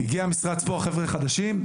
הגיע משרד ספורט חבר'ה חדשים,